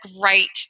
great